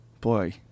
boy